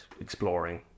exploring